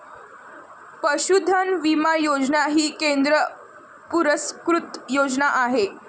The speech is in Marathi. पशुधन विमा योजना ही केंद्र पुरस्कृत योजना आहे